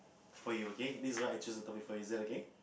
for you okay this is why I choose the topic for you is it okay